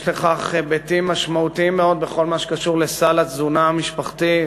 יש לכך היבטים משמעותיים מאוד בכל מה שקשור לסל התזונה המשפחתי,